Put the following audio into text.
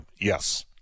Yes